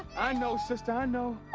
i know, sister. i know.